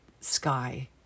sky